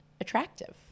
attractive